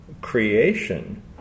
creation